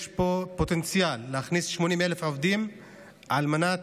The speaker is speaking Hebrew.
יש פה פוטנציאל להכניס 80,000 עובדים על מנת